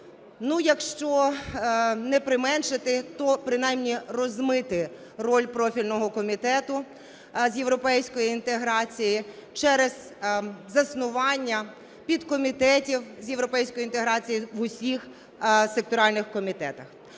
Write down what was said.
якщо не применшити, то принаймні розмити роль профільного Комітету з європейської інтеграції через заснування підкомітетів з європейської інтеграції в усіх секторальних комітетах.